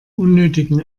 unnötigen